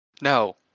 no